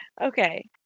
Okay